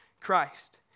Christ